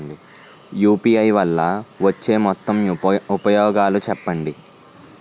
UPI వల్ల వచ్చే మొత్తం ఉపయోగాలు చెప్పండి?